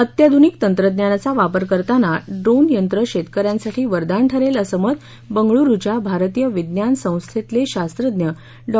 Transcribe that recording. अत्याधुनिक तंत्रज्ञानाचा वापर करताना ड्रोन यंत्र शेतक यांसाठी वरदान ठरेल असं मत बंगळुरुच्या भारतीय विज्ञान संस्थेतले शास्त्रज्ञ डॉ